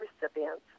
recipients